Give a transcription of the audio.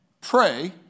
pray